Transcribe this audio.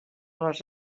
les